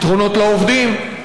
פתרונות לעובדים,